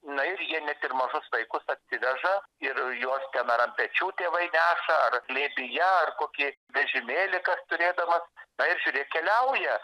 na ir jie net ir mažus vaikus atsiveža ir juos ten ar ant pečių tėvai neša ar glėbyje ar kokį vežimėlį kas turėdamas na ir žiūrėk keliauja